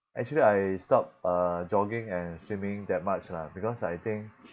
actually I stopped uh jogging and swimming that much lah because I think